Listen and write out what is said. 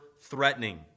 threatening